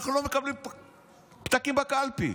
אנחנו לא מקבלים פתקים בקלפי.